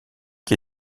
qui